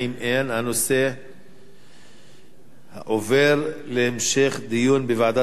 הנושא עובר להמשך דיון בוועדת הכלכלה.